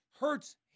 hurts